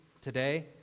today